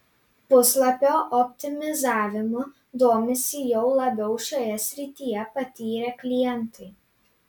puslapio optimizavimu domisi jau labiau šioje srityje patyrę klientai